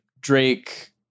Drake